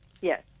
Yes